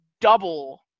double